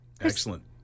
Excellent